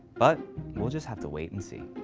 but we'll just have to wait and see.